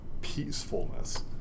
peacefulness